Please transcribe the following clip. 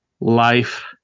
life